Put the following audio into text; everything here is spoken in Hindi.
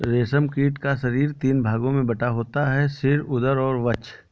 रेशम कीट का शरीर तीन भागों में बटा होता है सिर, उदर और वक्ष